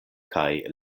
kaj